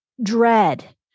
Dread